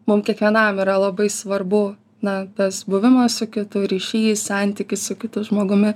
mum kiekvienam yra labai svarbu na tas buvimas su kitu ryšys santykis su kitu žmogumi